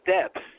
steps